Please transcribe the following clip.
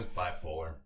bipolar